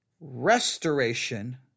restoration